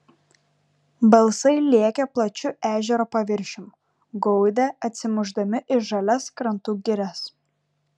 balsai lėkė plačiu ežero paviršium gaudė atsimušdami į žalias krantų girias